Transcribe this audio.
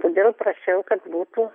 todėl prašiau kad būtų